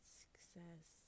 success